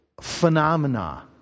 phenomena